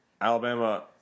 Alabama –